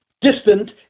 Distant